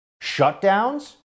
Shutdowns